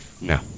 No